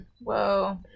Whoa